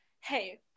hey